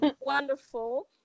wonderful